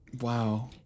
Wow